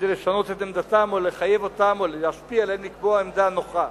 כדי לשנות את עמדתם או לחייב אותם או להשפיע עליהם לקבוע עמדה נוחה.